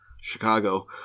Chicago